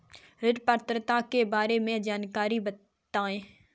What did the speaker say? ऋण पात्रता के बारे में जानकारी बताएँ?